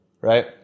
right